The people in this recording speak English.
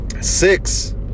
Six